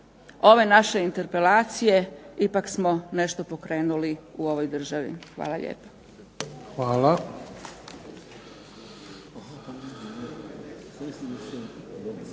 ove naše interpelacije ipak smo nešto pokrenuli u ovoj državi. Hvala lijepo.